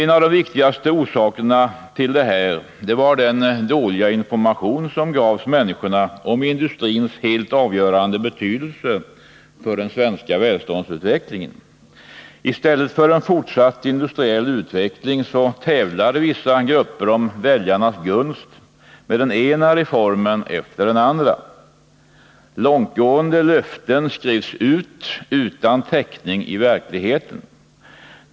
En av de viktigaste orsakerna till detta var den dåliga information som gavs människorna om industrins helt avgörande betydelse för den svenska välståndsutvecklingen. I stället för att arbeta för en fortsatt industriell utveckling tävlade vissa grupper om väljarnas gunst med den ena reformen efter den andra. Långtgående löften gavs utan täckning i verkligheten.